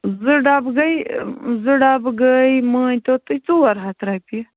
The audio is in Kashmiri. زٕ ڈَبہٕ گٔے زٕ ڈَبہٕ گٔے مٲنۍتو تُہۍ ژور ہَتھ رۄپیہِ